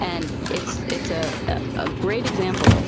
and it's a ah ah ah great example.